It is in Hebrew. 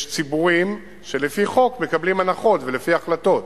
יש ציבורים שלפי חוק מקבלים הנחות, ולפי החלטות.